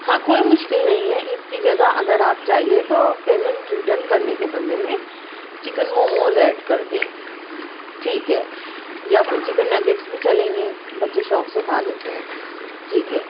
ہاں کوئی مشکل نہیں ہے اس کی جگہ اگر آپ چاہیے تو پیمنٹ ریٹرن کرنے کے بدلے میں چکن موموز ایڈ کر دیں ٹھیک ہے یا پھر چکن ناگیٹس بھی چلیں گے بچے شوق سے کھا لیتے ہیں ٹھیک ہے